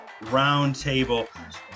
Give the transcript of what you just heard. Roundtable